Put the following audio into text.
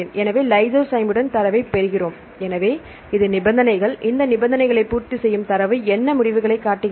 எனவே லைசோசைமுடன் தரவைப் பெறுகிறோம் எனவே இது நிபந்தனைகள் இந்த நிபந்தனைகளை பூர்த்தி செய்யும் தரவு என்ன முடிவுகளைக் காட்டுகிறது